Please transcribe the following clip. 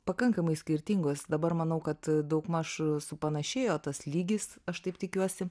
pakankamai skirtingos dabar manau kad daugmaž supanašėjo tas lygis aš taip tikiuosi